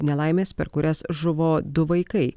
nelaimės per kurias žuvo du vaikai